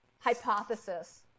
hypothesis